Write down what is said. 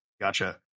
Gotcha